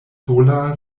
sola